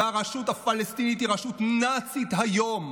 והרשות הפלסטינית היא רשות נאצית היום,